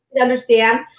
understand